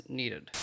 needed